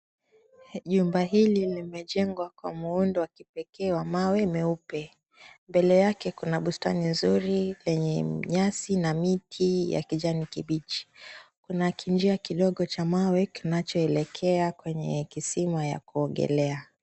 Jumba hili limejengwa kwa muundo wa kipekee wa mawe meupe. Mbele yake kuna bustani nzuri yenye nyasi na miti ya kijani kibichi. Kuna kinjia kidogo cha mawe kinachoelekea kwenye kisima ya kuogelea.